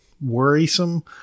worrisome